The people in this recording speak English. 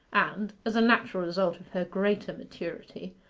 and, as a natural result of her greater maturity,